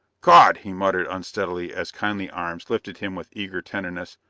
god! he muttered unsteadily as kindly arms lifted him with eager tenderness.